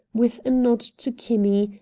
with a nod to kinney,